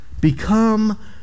Become